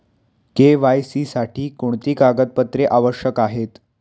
KYC साठी कोणती कागदपत्रे आवश्यक आहेत?